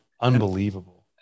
Unbelievable